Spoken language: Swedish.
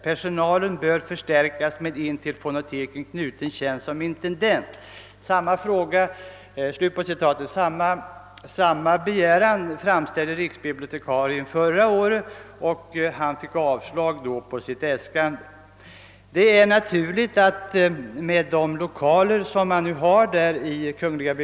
Personalen bör förstärkas med en till fonoteket knuten tjänst som intendent.» Samma begäran framställde riksbibliotekarien förra året, men han fick avslag på sitt äskande.